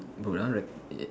bro that one re~ eight